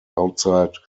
outside